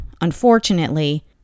unfortunately